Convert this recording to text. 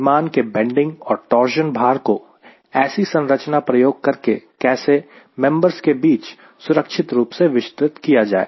विमान के बेंडिंग और टार्जन भार को ऐसी संरचना प्रयोग करके कैसे मेंबर्स के बीच सुरक्षित रूप से विस्तृत किया जाए